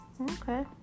Okay